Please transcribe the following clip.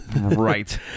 right